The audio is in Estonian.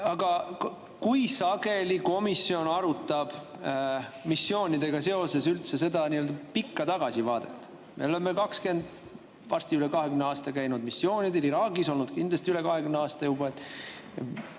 Kui sageli komisjon arutab missioonidega seoses üldse pikka tagasivaadet? Me oleme varsti üle 20 aasta käinud missioonidel, Iraagis olnud kindlasti üle 20 aasta.